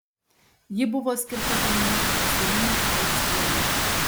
ji buvo skirta paminėti pasaulinei aids dienai